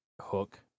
hook